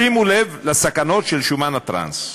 שימו לב לסכנות של שומן הטראנס: